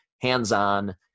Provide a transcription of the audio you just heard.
hands-on